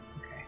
Okay